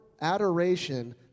adoration